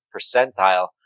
percentile